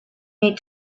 need